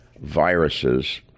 viruses